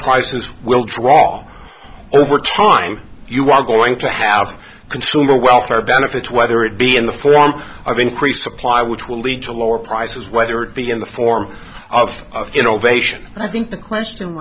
prices will draw over time you are going to have consumer welfare benefits whether it be in the form i think resupply which will lead to lower prices whether it be in the form of innovation and i think the question